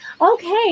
Okay